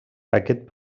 aquest